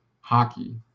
hockey